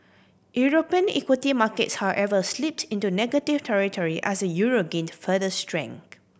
European equity markets however slipped into negative territory as the euro gained further strength